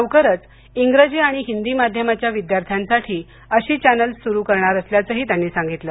लवकरच इंग्रजी आणि हिंदी माध्यमाच्या विद्यार्थ्यांसाठी अशी चॅनेल्स सुरू करणार असल्याचं त्यांनी सांगितलं